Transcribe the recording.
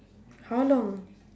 how long